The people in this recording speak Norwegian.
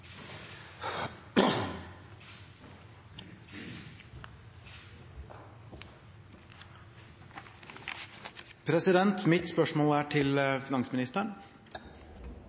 hovedspørsmål. Mitt spørsmål er til finansministeren.